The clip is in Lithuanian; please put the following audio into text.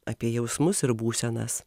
apie jausmus ir būsenas